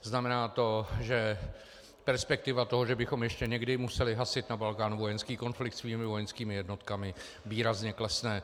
Znamená to, že perspektiva toho, že bychom ještě někdy museli hasit na Balkánu vojenský konflikt svými vojenskými jednotkami, výrazně klesne.